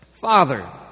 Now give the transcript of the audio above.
Father